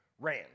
ran